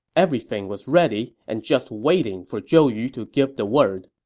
everything was ready and just waiting for zhou yu to give the word